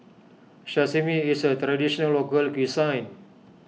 Sashimi is a Traditional Local Cuisine